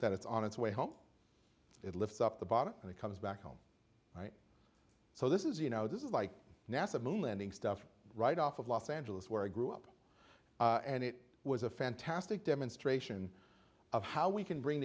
that it's on its way home it lifts up the bottom and it comes back home so this is you know this is like nasa moon landing stuff right off of los angeles where i grew up and it was a fantastic demonstration of how we can bring